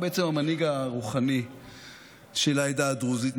הוא בעצם המנהיג הרוחני של העדה הדרוזית,